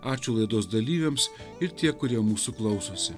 ačiū laidos dalyviams ir tie kurie mūsų klausosi